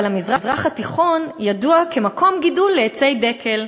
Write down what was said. אבל המזרח התיכון ידוע כמקום גידול לעצי דקל.